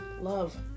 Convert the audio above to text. love